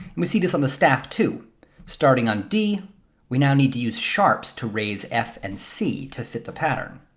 we see this on the staff too starting on d we now need to use sharps to raise f and c to fit the pattern.